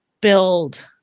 build